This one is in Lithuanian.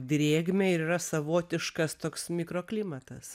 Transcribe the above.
drėgmę ir yra savotiškas toks mikroklimatas